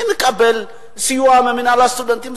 מי מקבל סיוע ממינהל הסטודנטים?